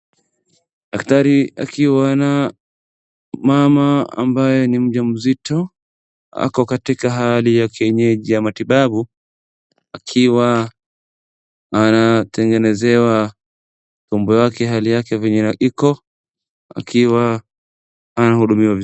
Daktari akiwa na mama ambaye ni mjamzito ako katika hali ya kienyeji ya matibabu akiwa anatengenezewa tumbo yake hali yake venye iko akiwa anahudumiwa.